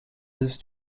his